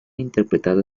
interpretado